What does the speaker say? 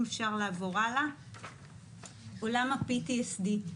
עולם ה-PTSD.